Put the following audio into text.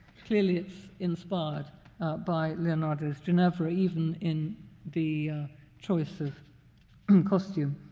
clearly it's inspired by leonardo's ginevra, even in the choice of um costume.